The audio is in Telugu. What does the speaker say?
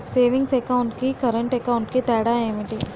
సేవింగ్స్ అకౌంట్ కి కరెంట్ అకౌంట్ కి తేడా ఏమిటి?